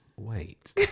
wait